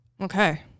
Okay